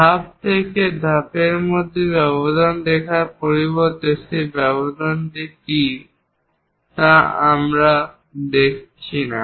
ধাপ থেকে ধাপের মধ্যে ব্যবধান দেখানোর পরিবর্তে সেই ব্যবধানটি কী আমরা দেখাচ্ছি না